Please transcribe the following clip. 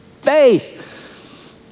faith